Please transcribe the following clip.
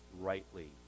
rightly